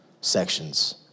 sections